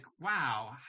wow